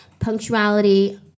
Punctuality